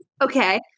Okay